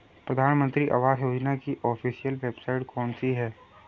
प्रधानमंत्री आवास योजना की official website कौन सी है?